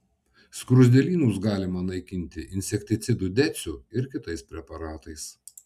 skruzdėlynus galima naikinti insekticidu deciu ir kitais preparatais